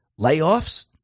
layoffs